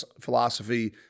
philosophy